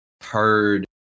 heard